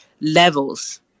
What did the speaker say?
levels